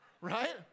Right